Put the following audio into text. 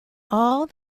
all